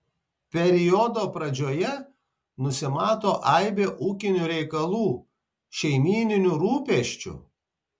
periodo pradžioje nusimato aibė ūkinių reikalų šeimyninių rūpesčių